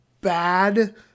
bad